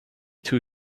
too